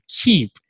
keep